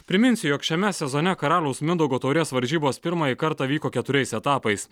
priminsiu jog šiame sezone karaliaus mindaugo taurės varžybos pirmąjį kartą vyko keturiais etapais